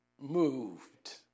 moved